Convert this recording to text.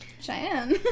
Cheyenne